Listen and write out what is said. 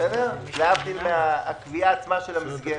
להבדיל מהקביעה עצמה של המסגרת.